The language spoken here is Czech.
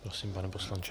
Prosím, pane poslanče.